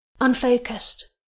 unfocused